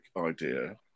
idea